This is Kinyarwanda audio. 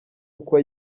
uko